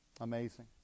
Amazing